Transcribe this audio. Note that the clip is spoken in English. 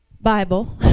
Bible